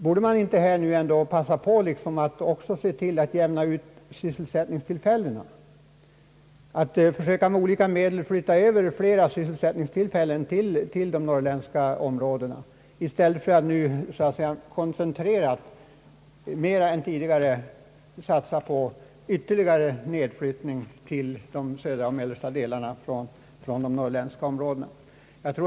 Borde man inte nu passa på att också se till att jämna ut sysselsättningstillfällena, att försöka att med olika medel flytta över flera sysselsättningstillfällen till de norrländska områdena i stället för att som nu mera koncentrerat än tidigare satsa på ytterligare flyttning till de södra och mellersta delarna från de norrländska områdena?